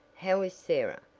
how is sarah?